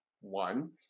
one